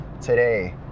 today